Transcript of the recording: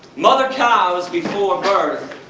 mother cows, before birth,